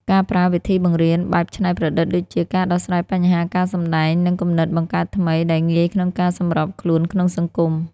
ការប្រើវិធីបង្រៀនបែបច្នៃប្រឌិតដូចជា ការដោះស្រាយបញ្ហា ការសម្តែង និងគំនិតបង្កើតថ្មី ដែលងាយក្នុងការសម្របខ្លួនក្នុងសង្គម។